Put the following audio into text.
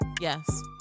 Yes